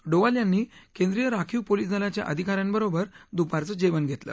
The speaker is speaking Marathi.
डोवाल यांनी केंद्रीय राखीव पोलीस दलाच्या अधिका यांबरोबर दुपारचं जेवण घेतलं